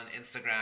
Instagram